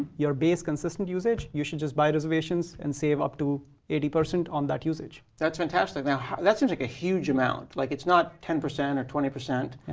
your base consistent usage, you should just buy reservations and save up to eighty percent on that usage. that's fantastic. now that's seems like a huge amount. like it's not ten percent or twenty percent,